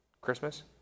Christmas